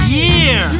year